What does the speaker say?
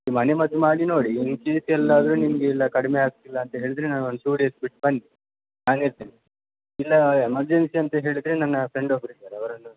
ಮನೆ ಮದ್ದು ಮಾಡಿ ನೋಡೀ ಈ ಶೀತ ಎಲ್ಲ ಆದರೆ ನಿಮಗೆ ಇಲ್ಲ ಕಡಿಮೆ ಆಗ್ತಿಲ್ಲ ಅಂತ ಹೇಳಿದರೆ ನಾನೊಂದು ಟೂ ಡೇಸ್ ಬಿಟ್ಟು ಬನ್ನಿ ನಾನು ಇರ್ತೇನೆ ಇಲ್ಲ ಎಮರ್ಜೆನ್ಸಿ ಅಂತ ಹೇಳಿದರೆ ನನ್ನ ಫ್ರೆಂಡ್ ಒಬ್ಬರು ಇದಾರೆ ಅವರನ್ನು